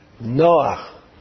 Noah